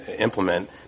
implement